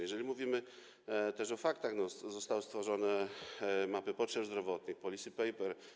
Jeżeli mówimy też o faktach, to zostały stworzone mapy potrzeb zdrowotnych, policy paper.